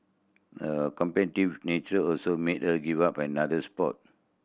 a competitive nature also made her give up another sport